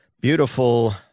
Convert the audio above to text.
beautiful